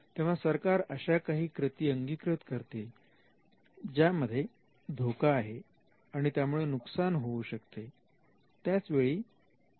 जेव्हा सरकार अशा काही कृती अंगीकृत करते ज्यामध्ये धोका आहे आणि त्यामुळे नुकसान होऊ शकते त्याच वेळी त्यामधून फायदाही मिळू शकतो